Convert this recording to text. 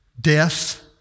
death